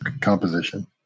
composition